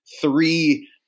three